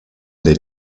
they